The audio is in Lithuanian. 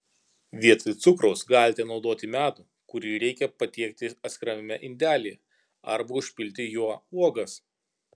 vietoj cukraus galite naudoti medų kurį reikia patiekti atskirame indelyje arba užpilti juo uogas